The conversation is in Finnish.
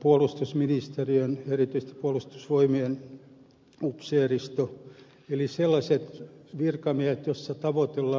puolustusministeriön virkamiehet erityisesti puolustusvoimien upseeriston eli sellaisia virkamiehiä joiden osalta tavoitellaan itsenäisyyttä